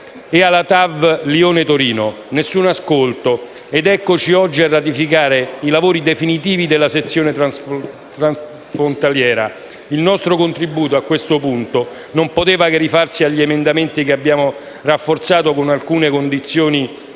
e alla TAV Torino-Lione. Nessun ascolto, però, ed eccoci oggi a ratificare i lavori definitivi della sezione transfrontaliera. Il nostro contributo, a questo punto, non poteva che rifarsi agli emendamenti, che abbiamo rafforzato con alcune condizioni tassative.